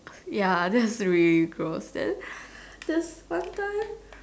ya that is really gross there's some times